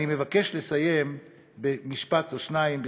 אני מבקש לסיים במשפט או שניים,